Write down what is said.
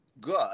good